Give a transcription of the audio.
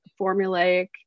formulaic